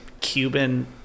Cuban